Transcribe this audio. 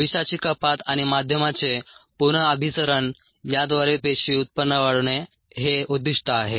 विषाची कपात आणि माध्यमाचे पुन अभिसरण याद्वारे पेशी उत्पन्न वाढवणे हे उद्दिष्ट आहे